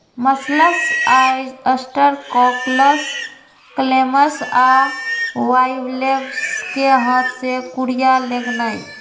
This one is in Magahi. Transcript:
मसल्स, ऑयस्टर, कॉकल्स, क्लैम्स आ बाइवलेव्स कें हाथ से कूरिया लगेनाइ